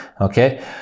okay